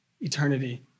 eternity